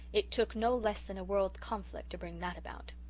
it took no less than a world conflict to bring that about.